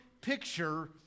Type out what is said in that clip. picture